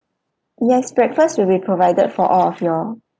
yes breakfast will be provided for all of you all